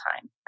time